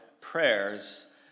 prayers